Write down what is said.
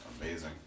amazing